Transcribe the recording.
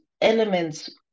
elements